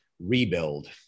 rebuild